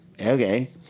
okay